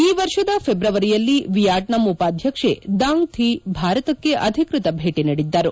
ಈ ವರ್ಷದ ಫೆಬ್ರವರಿಯಲ್ಲಿ ವಿಯೆಟ್ನಾಂ ಉಪಾಧ್ಯಕ್ಷೆ ದಾಂಗ್ ಥಿ ಭಾರತಕ್ಷೆ ಅಧಿಕ್ಷತ ಭೇಟಿ ನೀಡಿದ್ದರು